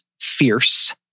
fierce